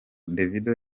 davido